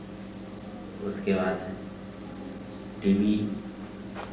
उसके बाद T we